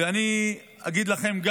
ואני גם אגיד לכם,